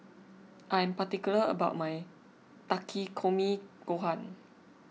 I am particular about my Takikomi Gohan